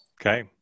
Okay